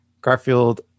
Garfield